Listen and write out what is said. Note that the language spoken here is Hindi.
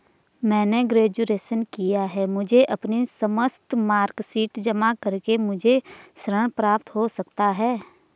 मैंने ग्रेजुएशन किया है मुझे अपनी समस्त मार्कशीट जमा करके मुझे ऋण प्राप्त हो सकता है?